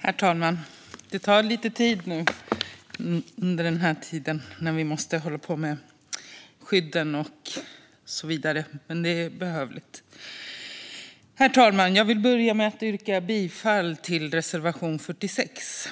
Herr talman! Jag vill börja med att yrka bifall till reservation 46.